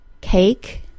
Cake